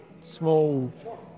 small